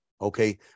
okay